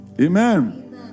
Amen